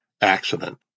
accident